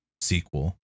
sequel